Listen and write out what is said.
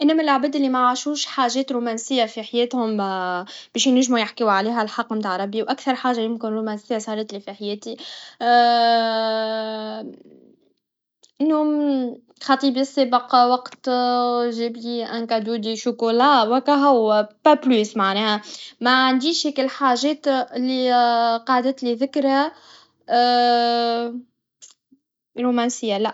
أكثر شيء رومانسي شفتو كان لما شفت زوجين يتبادلو نظرات الحب في مطعم، وكان الجو رومانسي. كانوا ضاحكين ويتشاركون لحظات جميلة. زادة، كانت موسيقى هادئة في الخلفية، وحسيت بالحب في المكان. الرومانسية مش بس في الأفعال، بل في المشاعر والتواصل بين الأشخاص، وهذا يعكس جمال العلاقة.